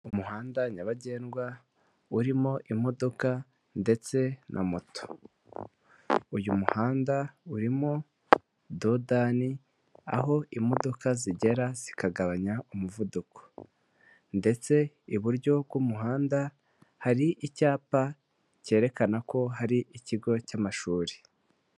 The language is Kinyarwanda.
Umuhanda nyabagendwa urimo imodoka ndetse na moto uyu muhanda urimo dodani aho imodoka zigera zikagabanya umuvuduko ndetse iburyo bw'umuhanda hari icyapa cyerekana ko hari ikigo cy'amashuri.